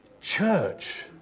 church